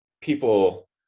people